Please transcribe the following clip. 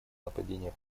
нападения